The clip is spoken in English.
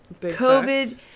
COVID